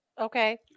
Okay